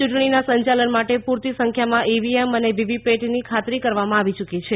ચૂંટણીના સંચાલન માટે પૂરતી સંખ્યામાં ઇવીએમ અને વીવીપીએટીની ખાતરી કરવામાં આવી ચૂકી છે